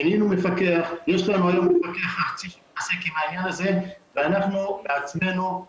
מינינו מפקח ויש לנו היום מפקח ארצי שעוסק בעניין הזה ואנחנו ניקח